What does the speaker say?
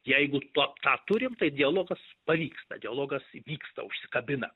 jeigu to tą turim tai dialogas pavyksta dialogas įvyksta užsikabina